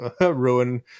ruin